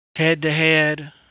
head-to-head